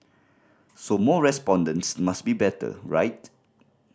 so more respondents must be better right